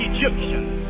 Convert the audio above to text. Egyptians